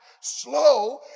slow